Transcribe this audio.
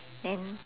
then